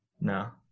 No